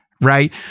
right